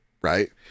right